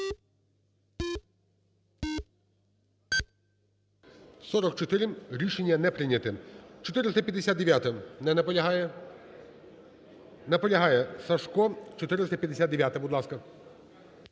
За-44 Рішення не прийнято. 459-а. Не наполягає. Наполягає. Сажко, 459-а, будь ласка.